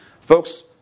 Folks